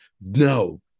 No